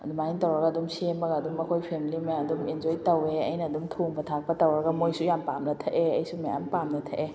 ꯑꯗꯨꯃꯥꯏꯅ ꯇꯧꯔꯒ ꯑꯗꯨꯝ ꯁꯦꯝꯃꯒ ꯑꯗꯨꯝ ꯑꯩꯈꯣꯏ ꯐꯦꯃꯤꯂꯤ ꯃꯌꯥꯝꯗꯣ ꯑꯦꯟꯖꯣꯏ ꯇꯧꯋꯦ ꯑꯩꯅ ꯑꯗꯨꯝ ꯊꯣꯡꯕ ꯊꯥꯛꯄ ꯇꯧꯔꯒ ꯃꯣꯏꯁꯨ ꯌꯥꯝꯅ ꯄꯥꯝꯅ ꯊꯛꯑꯦ ꯑꯩꯁꯨ ꯃꯌꯥꯝ ꯄꯥꯝꯅ ꯊꯛꯑꯦ